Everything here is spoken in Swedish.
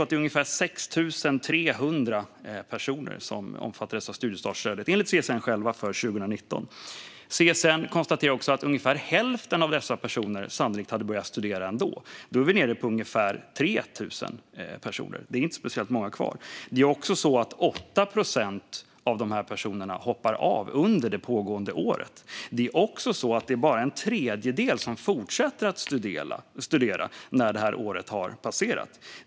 Det var ungefär 6 300 personer som 2019 omfattades av studiestartsstödet, enligt CSN. CSN konstaterar också att ungefär hälften av dessa personer sannolikt hade börjat studera ändå. Då är vi nere på ungefär 3 000 personer. Det är inte speciellt många kvar. Av dessa hoppar ungefär 8 procent av under studieåret. Det är dessutom bara en tredjedel som fortsätter att studera när året har passerat.